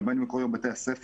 ובין אם הוא קורה בבתי הספר